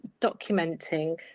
documenting